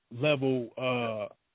level